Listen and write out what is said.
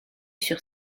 sur